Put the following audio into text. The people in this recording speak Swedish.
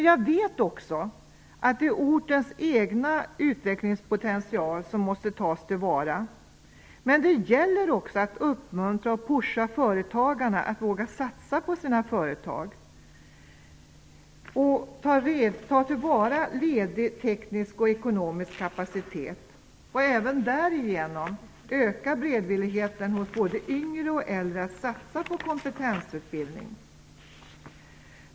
Jag vet att ortens egen utvecklingspotential måste tas till vara. Men det gäller också att uppmuntra och ''puscha'' företagarna, så att de vågar satsa på sina företag och så att de tar till vara ledig teknisk och ekonomisk kapacitet för att även därigenom öka beredvilligheten hos både yngre och äldre att satsa på kompetensutbildning.